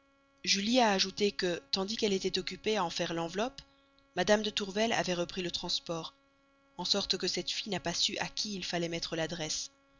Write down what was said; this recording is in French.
a ajouté que tandis qu'elle était occupée à en faire l'enveloppe mme de tourvel avait repris le transport en sorte que cette fille n'a pas su à qui il fallait mettre l'adresse